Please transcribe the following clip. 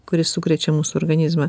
kuri sukrečia mūsų organizmą